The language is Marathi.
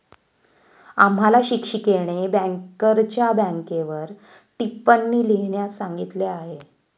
आम्हाला शिक्षिकेने बँकरच्या बँकेवर टिप्पणी लिहिण्यास सांगितली आहे